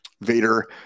Vader